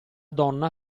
donna